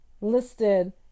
listed